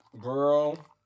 girl